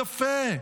יפה.